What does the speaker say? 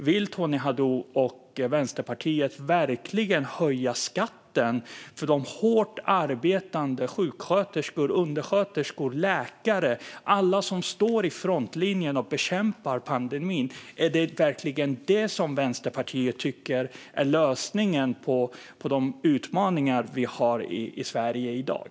Vill Tony Haddou och Vänsterpartiet verkligen höja skatten för hårt arbetande sjuksköterskor, undersköterskor, läkare och andra som står i frontlinjen och bekämpar pandemin? Är det verkligen det Vänsterpartiet tycker är lösningen på de utmaningar vi har i Sverige i dag?